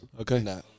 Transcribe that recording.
Okay